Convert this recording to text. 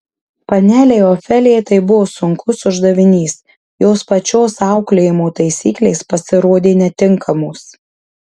panelei ofelijai tai buvo sunkus uždavinys jos pačios auklėjimo taisyklės pasirodė netinkamos